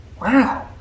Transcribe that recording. Wow